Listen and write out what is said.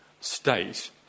state